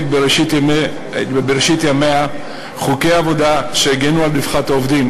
בראשית ימיה חוקי עבודה שהגנו על רווחת העובדים.